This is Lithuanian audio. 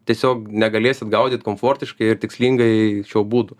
tiesiog negalėsit gaudyt komfortiškai ir tikslingai šiuo būdu